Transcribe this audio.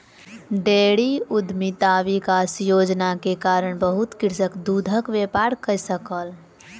dairy उद्यमिता विकास योजना के कारण बहुत कृषक दूधक व्यापार कय सकल